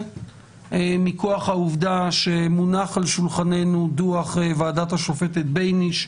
מכוח העובדה שמונח על שולחננו דוח ועדת השופטת בייניש.